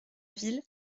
ville